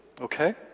okay